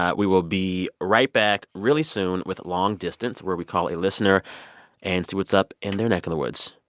ah we will be right back really soon with long distance, where we call a listener and see what's up in their neck of the woods.